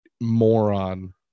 moron